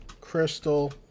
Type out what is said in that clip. Crystal